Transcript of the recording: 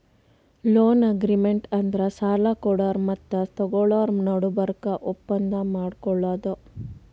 loan agreement ಅಂದ್ರ ಸಾಲ ಕೊಡೋರು ಮತ್ತ್ ತಗೋಳೋರ್ ನಡಬರ್ಕ್ ಒಪ್ಪಂದ್ ಮಾಡ್ಕೊಳದು